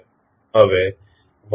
હવે ytut શું છે